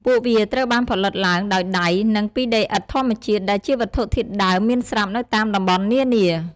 ពួកវាត្រូវបានផលិតឡើងដោយដៃនិងពីដីឥដ្ឋធម្មជាតិ ដែលជាវត្ថុធាតុដើមមានស្រាប់នៅតាមតំបន់នានា។